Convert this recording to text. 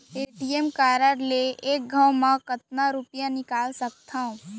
ATM card ले एक घव म कतका रुपिया निकाल सकथव?